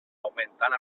augmentant